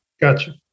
Gotcha